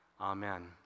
Amen